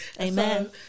amen